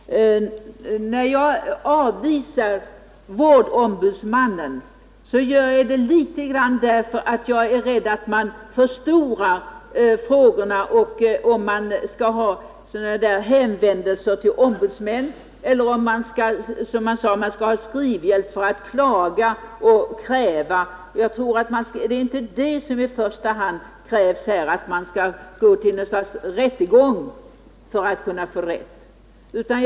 Herr talman! Anledningen till att jag avvisar tanken på vårdombudsmannen är i viss utsträckning att jag är rädd att man förstorar frågorna om man, som det sades, skall ha skrivhjälp för att kunna klaga och göra hänvändelser genom ombudsmän. Det som krävs för att man skall få sin rätt är inte i första hand något slags rättegång.